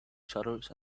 shutters